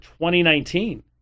2019